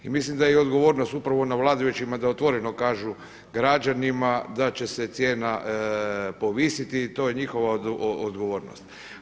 I mislim da je odgovornost upravo na vladajućima da otvoreno kažu građanima da će se cijena povisiti i to je njihova odgovornost.